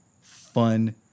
fun